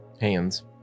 Hands